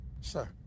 Sir